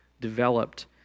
developed